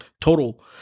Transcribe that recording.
total